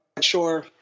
sure